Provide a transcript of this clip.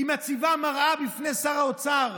היא מציבה מראה בפני שר האוצר: